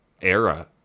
era